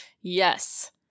Yes